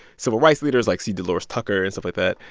civil rights leaders, like c. delores tucker and stuff like that.